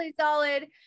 solid